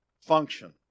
function